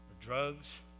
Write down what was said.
drugs